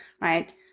right